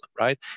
right